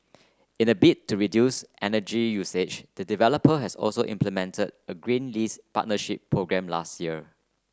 in a bid to reduce energy usage the developer has also implemented a green lease partnership programme last year